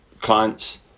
clients